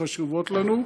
שחשובות לנו.